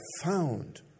found